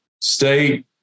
state